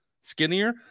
skinnier